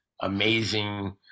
amazing